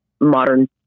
modern